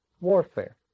warfare